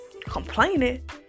complaining